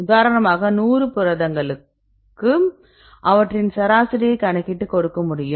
உதாரணமாக நூறு புரதங்களுக்கும் அவற்றின் சராசரியைக் கணக்கிட்டு கொடுக்க முடியும்